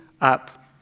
up